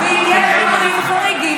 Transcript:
אם יש מקרים חריגים,